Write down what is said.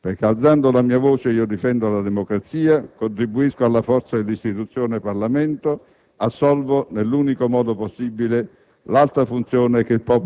E chiedo al mio Governo di rispondere alle critiche. Se non lo farà, si assumerà una responsabilità politica, e uscirà indebolito da questo dibattito. Questo è il mio dovere,